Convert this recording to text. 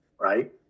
Right